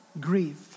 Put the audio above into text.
grieve